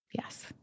yes